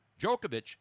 Djokovic